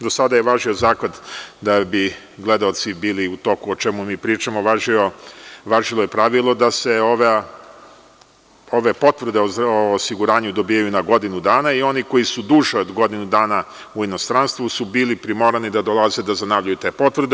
Do sada je važilo, da bi gledaoci bili u toku o čemu pričamo, važilo je pravilo da se ove potvrde o osiguranju dobijaju na godinu dana i oni koji su duže od godinu dana u inostranstvu su bili primorani da dolaze da zanavljaju te potvrde.